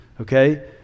okay